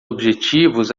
objetivos